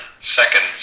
seconds